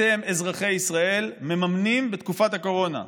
אתם, אזרחי ישראל, מממנים בתקופת הקורונה.